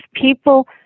people